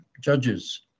judges